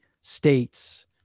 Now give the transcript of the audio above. states